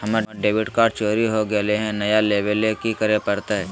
हमर debit card चोरी हो गेले हई, नया लेवे ल की करे पड़तई?